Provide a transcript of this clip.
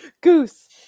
Goose